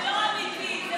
זה לא היה אמיתי.